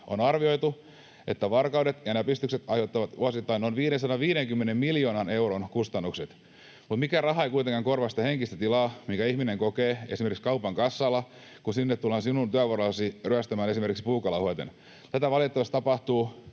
On arvioitu, että varkaudet ja näpistykset aiheuttavat vuosittain noin 550 miljoonan euron kustannukset. Mutta mikään raha ei kuitenkaan korvaa sitä henkistä tilaa, minkä ihminen kokee esimerkiksi kaupan kassalla, kun sinne tullaan työvuorolla ryöstämään esimerkiksi puukolla uhaten. Tätä valitettavasti tapahtuu